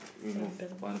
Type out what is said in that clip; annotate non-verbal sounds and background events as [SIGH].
[NOISE]